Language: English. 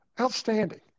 Outstanding